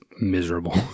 miserable